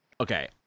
okay